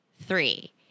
Three